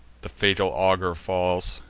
the fatal augur falls,